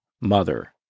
mother